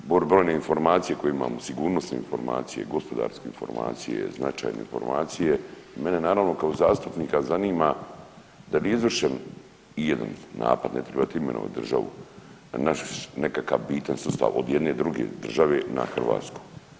Brojne informacije koje imamo, sigurnosne informacije, gospodarske informacije, značajne informacije i mene naravno kao zastupnika zanima da li je izvršen ijedan napad ne tribate imenovati državu, na naš nekakav bitan sustav od jedne druge države na Hrvatsku.